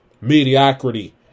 Mediocrity